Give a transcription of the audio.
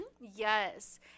Yes